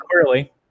clearly